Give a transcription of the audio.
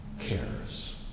cares